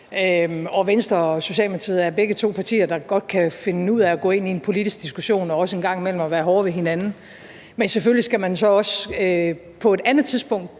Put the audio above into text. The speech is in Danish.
og Venstre og Socialdemokratiet er begge to partier, der godt kan finde ud af at gå ind i en politisk diskussion og også en gang imellem at være hårde ved hinanden. Men selvfølgelig skal man så også på et andet tidspunkt